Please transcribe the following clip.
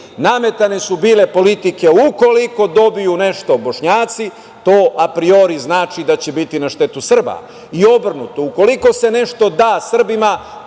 Nametane su bile politike, ukoliko nešto dobiju Bošnjaci, to apriori znači da će biti na štetu Srba i obrnuto. Ukoliko se nešto da Srbima,